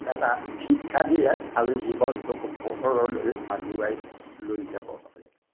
এটা শিক্ষা দিয়ে আৰু জীৱনটোক পোহৰলৈ আগুৱাই লৈ যাব পাৰে